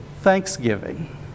thanksgiving